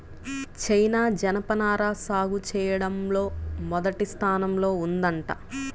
China జనపనార సాగు చెయ్యడంలో మొదటి స్థానంలో ఉందంట